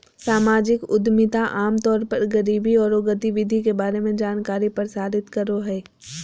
सामाजिक उद्यमिता आम तौर पर गरीबी औरो गतिविधि के बारे में जानकारी प्रसारित करो हइ